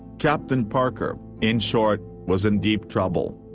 capt. and parker, in short, was in deep trouble.